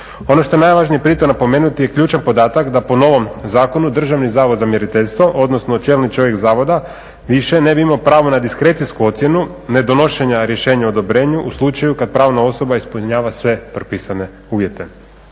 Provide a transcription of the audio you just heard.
Ono što je najvažnije pritom napomenuti je ključan podatak da po novom zakonu Državni zavod za mjeriteljstvo, odnosno čelni čovjek zavoda više ne bi imao pravo na diskrecijsku ocjenu, ne donošenja rješenja odobrenju u slučaju kad pravna osoba ispunjava sve propisane uvjete.